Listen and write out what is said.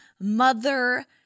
mother